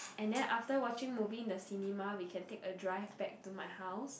and then after watching movie in the cinema we can take a drive back to my house